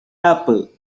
apple